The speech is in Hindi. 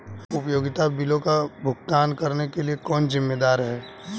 उपयोगिता बिलों का भुगतान करने के लिए कौन जिम्मेदार है?